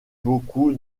beaucoup